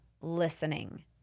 listening